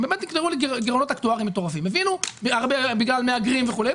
הם באמת נקלעו לגירעונות אקטואריים מטורפים בגלל מהגרים וכולי.